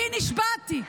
בי נשבעתי,